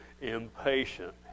impatient